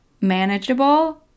manageable